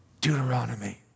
Deuteronomy